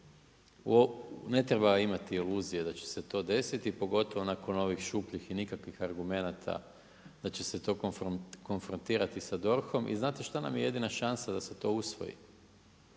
ne treba imati iluzije da će se to desiti pogotovo nakon ovih šupljih i nikakvih argumenata da će se to konfrontirati sa DORH-om. I znate što nam je jedina šansa da se to usvoji?